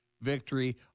victory